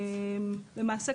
למעשה,